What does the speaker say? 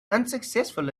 unsuccessful